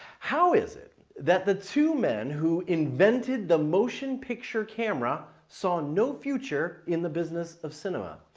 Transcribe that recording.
how is it that the two men who invented the motion picture camera saw no future in the business of cinema?